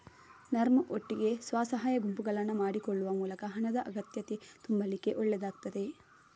ನರ್ಮ್ ಒಟ್ಟಿಗೆ ಸ್ವ ಸಹಾಯ ಗುಂಪುಗಳನ್ನ ಮಾಡಿಕೊಳ್ಳುವ ಮೂಲಕ ಹಣದ ಅಗತ್ಯತೆ ತುಂಬಲಿಕ್ಕೆ ಒಳ್ಳೇದಾಗ್ತದೆ